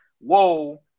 whoa